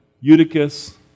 Eutychus